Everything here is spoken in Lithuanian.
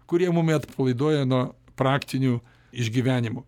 kurie mumi atpalaiduoja nuo praktinių išgyvenimų